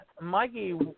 Mikey